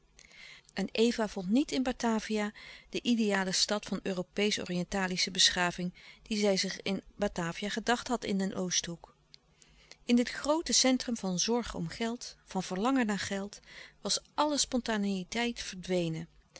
en eva vond niet in batavia de ideale stad van europeesch oriëntalische beschaving die zij zich batavia gedacht had in den oosthoek in dit groote centrum van zorg om geld van verlangen naar geld was alle spontaneiteit verdwenen